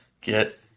get